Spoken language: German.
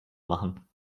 machen